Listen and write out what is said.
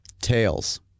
tails